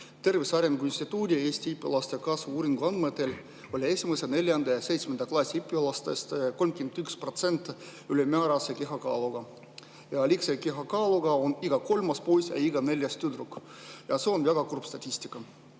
Tervise Arengu Instituudi Eesti laste kasvu uuringu andmetel oli esimese, neljanda ja seitsmenda klassi õpilastest 31% ülemäärase kehakaaluga, liigse kehakaaluga on iga kolmas poiss ja iga neljas tüdruk. See on väga kurb statistika.